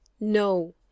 no